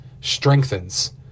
strengthens